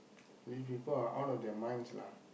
these people are ou~ out of their minds lah